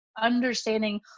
understanding